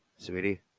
Sweetie